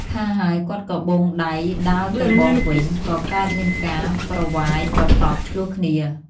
ថាហើយ គាត់ក៏បូងដៃដាល់ទៅបងវិញ ក៏កើតមានការប្រវាយប្រតប់ឈ្លោះគ្នា។